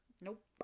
Nope